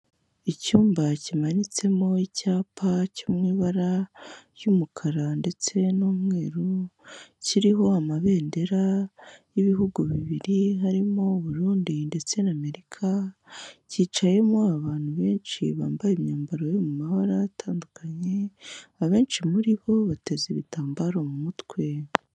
Icyumba kimanitsemo icyapa cyo mu ibara ry'umukara ndetse n'umweru, kiriho amabendera y'ibihugu bibiri harimo u Burundi ndetse n'Amerika, cyicayemo abantu benshi bambaye imyambaro yo mu mabara atandukanye, abenshi muri bo bateze ibitambaro mu mutwe.